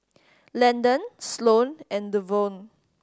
Landen Sloane and Devaughn